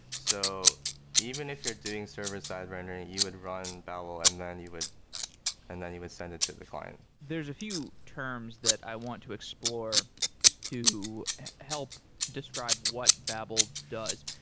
so even if you're doing server-side rendering, you would run babel and then you would and then you would send it to the client there's a few terms that i want to explore to help describe what babel does.